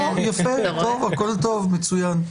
אוה יפה, הכול טוב, מצוין.